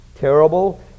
Terrible